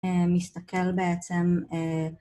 מסתכל בעצם